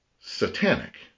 Satanic